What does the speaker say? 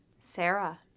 Sarah